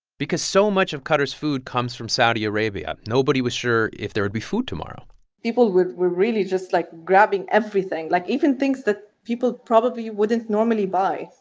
because so much of qatar's food comes from saudi arabia, nobody was sure if there would be food tomorrow people were really just like, grabbing everything, like, even things that people probably wouldn't normally buy.